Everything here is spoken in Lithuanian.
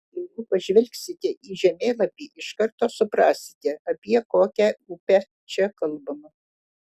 jeigu pažvelgsite į žemėlapį iš karto suprasite apie kokią upę čia kalbama